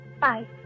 Bye